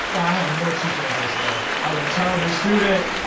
i have no teaching advice at all. i was a terrible student.